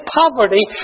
poverty